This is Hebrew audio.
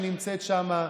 שנמצאת שם,